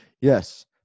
Yes